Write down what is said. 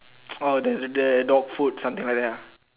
oh the the the dog food something like that ah